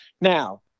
Now